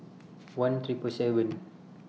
one Triple seven